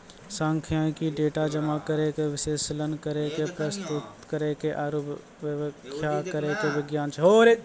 सांख्यिकी, डेटा जमा करै के, विश्लेषण करै के, प्रस्तुत करै के आरु व्याख्या करै के विज्ञान छै